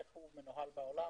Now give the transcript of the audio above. איך הוא מנוהל בעולם,